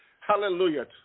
Hallelujah